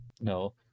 No